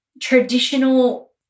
traditional